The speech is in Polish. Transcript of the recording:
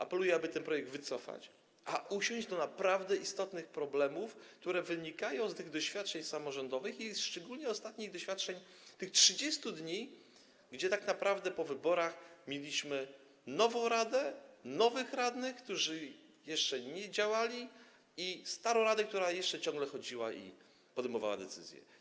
Apeluję, aby ten projekt wycofać, a usiąść do rozwiązania naprawdę istotnych problemów, które wynikają z tych doświadczeń samorządowych, szczególnie ostatnich doświadczeń tych 30 dni, gdzie tak naprawdę po wyborach mieliśmy nową radę, nowych radnych, którzy jeszcze nie działali, i starą radę, która jeszcze ciągle podejmowała decyzje.